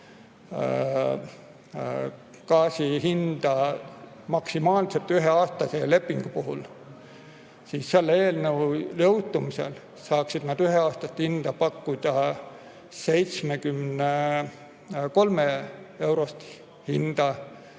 gaasihinda maksimaalselt üheaastase lepingu puhul, siis selle eelnõu jõustumisel saaksid nad üheaastase paketina pakkuda 73‑eurost hinda